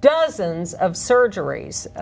dozens of surgeries